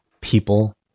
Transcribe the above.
people